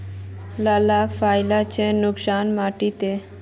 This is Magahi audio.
लालका फलिया छै कुनखान मिट्टी त?